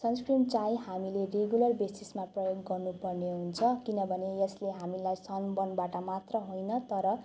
sons cream चाहिँ हामीले regular बेसिसमा प्रयोग गर्नु पर्ने हुन्छ किनभने यसले हामीलाई सनबर्नबाट मात्र होइन तर